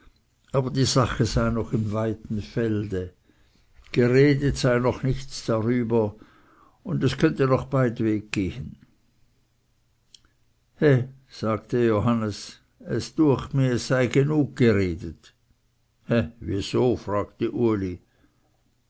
aber die sache sei noch im weiten felde geredet sei noch nichts darüber und es könnte noch beid weg gehen he sagte johannes es düecht mih es sei genug geredet he wieso fragte uli